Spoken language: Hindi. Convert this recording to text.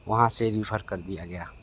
वहाँ से रेफर कर दिया गया